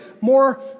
more